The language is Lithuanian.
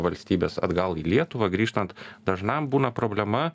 valstybės atgal į lietuvą grįžtant dažnam būna problema